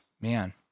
Man